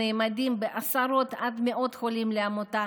הנאמדים בעשרות עד מאות חולים לעמותה,